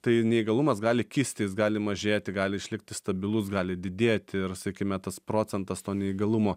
tai neįgalumas gali kisti jis gali mažėti gali išlikti stabilus gali didėt ir sakime tas procentas to neįgalumo